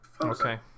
Okay